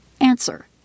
Answer